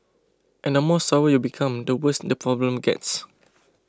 and more sour you become the worse the problem gets